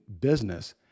business